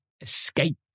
escape